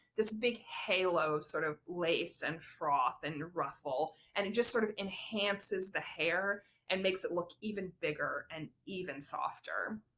this big halo sort of lace and froth and ruffle and it just sort of enhances the hair and makes it look even bigger and even softer.